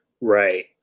Right